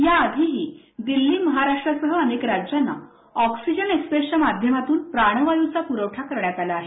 या आधीही दिल्ली महाराष्ट्रासह अनेक राज्यांना ऑक्सिजन एक्सप्रेसनं प्राणवायूचा पुरवठा करण्यात आला आहे